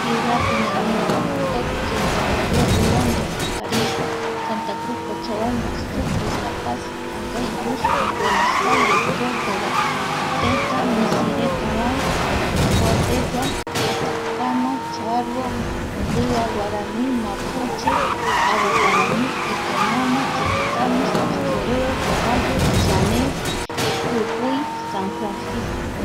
Ciudadpe ñanoi, tikio nueva yok, londre paris, santa cruz, cochabamba, sucre, la paz sangai buston buenos aire cordoba, teta misiretavae kuapegua, atacama charua, mbia guarani mapuche, ava guarani, itonama, chiquitanos, ayoreo, guarayo, chane jujui san francisco.